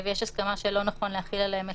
ויש הסכמה שלא נכון להחיל עליהם את